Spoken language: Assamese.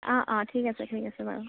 অঁ অঁ ঠিক আছে ঠিক আছে বাৰু